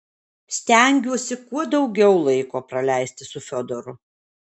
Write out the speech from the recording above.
stengiuosi kuo daugiau laiko praleisti su fiodoru